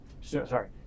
sorry